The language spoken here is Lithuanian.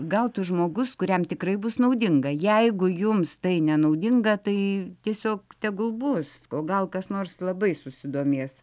gautų žmogus kuriam tikrai bus naudinga jeigu jums tai nenaudinga tai tiesiog tegul bus o gal kas nors labai susidomės